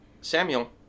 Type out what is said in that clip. Samuel